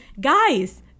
Guys